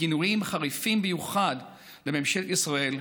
וגינויים חריפים במיוחד לממשלת ישראל,